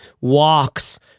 walks